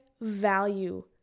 value